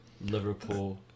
Liverpool